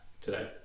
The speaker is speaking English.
today